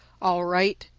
all right.